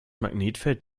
magnetfeld